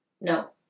No